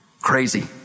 crazy